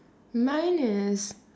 mine is